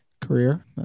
career